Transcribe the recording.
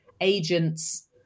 agents